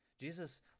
Jesus